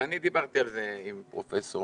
ואני דיברתי על זה עם פרופ'